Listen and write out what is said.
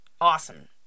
awesome